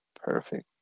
Perfect